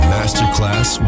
Masterclass